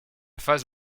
face